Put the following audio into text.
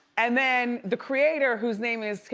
and then the creator whose name is,